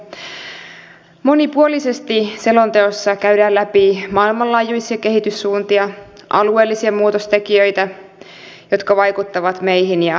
monipuolisesti selonteossa käydään läpi maailmanlaajuisia kehityssuuntia alueellisia muutostekijöitä jotka vaikuttavat meihin ja toimintaympäristöömme